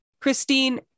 Christine